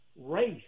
race